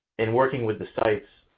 in working with the sites,